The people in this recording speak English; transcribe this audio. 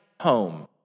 home